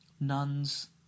nuns